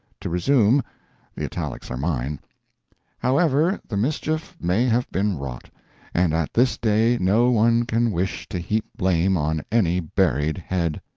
to resume the italics are mine however the mischief may have been wrought and at this day no one can wish to heap blame on any buried head